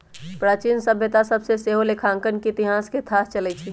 प्राचीन सभ्यता सभ से सेहो लेखांकन के इतिहास के थाह चलइ छइ